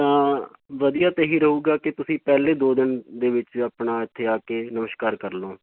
ਤਾਂ ਵਧੀਆ ਤਾਂ ਇਹੀ ਰਹੇਗਾ ਕਿ ਤੁਸੀਂ ਪਹਿਲੇ ਦੋ ਦਿਨ ਦੇ ਵਿੱਚ ਆਪਣਾ ਇੱਥੇ ਆ ਕੇ ਨਮਸ਼ਕਾਰ ਕਰ ਲਉ